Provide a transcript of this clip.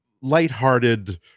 lighthearted